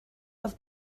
oedd